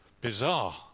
Bizarre